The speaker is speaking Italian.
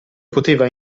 poteva